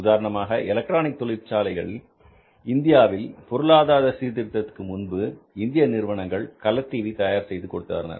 உதாரணமாக எலக்ட்ரானிக் தொழிற்சாலைகள் இந்தியாவில் பொருளாதார சீர்திருத்தத்திற்கு முன்பு இந்திய நிறுவனங்கள் கலர் டிவி தயார் செய்து கொடுத்தனர்